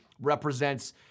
represents